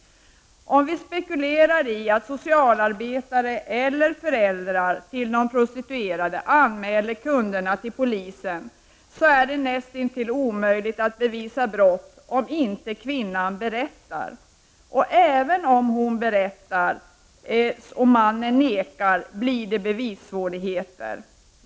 Om vi spekulerar i att socialarbetare eller föräldrar till en prostituerad anmäler kunden till polisen, så är det näst intill omöjligt att bevisa brott om kvinnan inte berättar. Och även om hon berättar, men mannen nekar, blir det bevissvårigheter.